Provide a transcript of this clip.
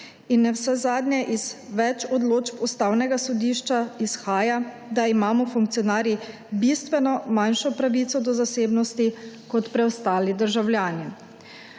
In navsezadnje iz več odločb Ustavnega sodišča izhaja, da imamo funkcionarji bistveno manjšo pravico do zasebnosti, kot preostali državljani.